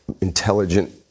intelligent